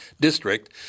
District